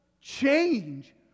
change